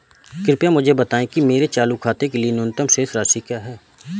कृपया मुझे बताएं कि मेरे चालू खाते के लिए न्यूनतम शेष राशि क्या है?